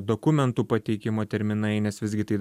dokumentų pateikimo terminai nes visgi tai